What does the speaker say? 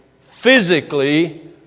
physically